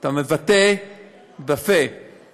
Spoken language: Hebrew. אתה מבטא בפה,